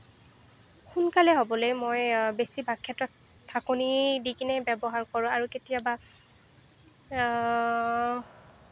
সোনকালে হ'বলৈ মই বেছিভাগ ক্ষেত্ৰত ঢাকনি দি কেনেই ব্যৱহাৰ কৰোঁ আৰু কেতিয়াবা